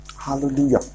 Hallelujah